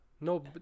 No